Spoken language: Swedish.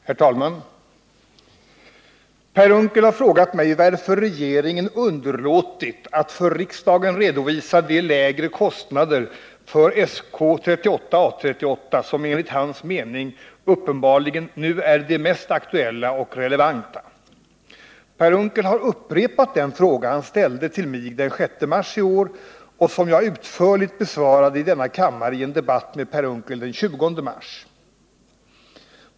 Herr talman! Per Unckel har frågat mig varför regeringen underlåtit att för riksdagen redovisa de lägre kostnader för SK 38/A 38 som enligt hans mening uppenbarligen nu är de mest aktuella och relevanta. Per Unckel har upprepat den fråga han ställde till mig den 6 mars i år och som jag utförligt besvarade i denna kammare i en debatt med Per Unckel den 20 mars.